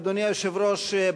אדוני היושב-ראש,